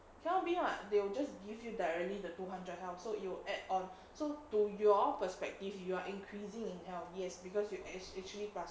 cannot be [what] they will just give you directly the two hundred health so you add on so to your perspective you are increasing in health yes because you actually pass